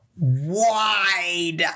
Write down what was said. wide